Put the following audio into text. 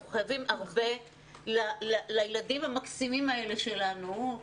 אנחנו חייבים הרבה לילדים המקסימים האלה שלנו,